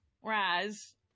whereas